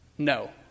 No